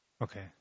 Okay